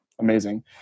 amazing